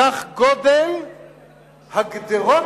כך גודל הגדרות